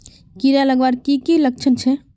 कीड़ा लगवार की की लक्षण छे?